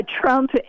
trump